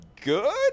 good